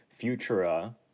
Futura